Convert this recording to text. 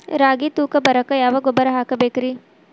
ರಾಗಿ ತೂಕ ಬರಕ್ಕ ಯಾವ ಗೊಬ್ಬರ ಹಾಕಬೇಕ್ರಿ?